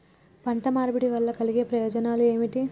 పంట మార్పిడి వల్ల కలిగే ప్రయోజనాలు ఏమిటి?